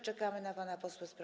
Czekamy na pana posła